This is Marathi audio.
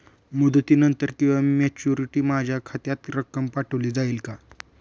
मुदतीनंतर किंवा मॅच्युरिटी माझ्या खात्यात रक्कम पाठवली जाईल का?